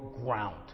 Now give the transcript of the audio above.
ground